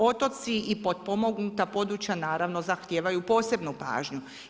Otoci i potpomognuta područja naravno zahtijevaju posebnu pažnju.